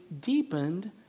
deepened